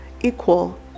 equal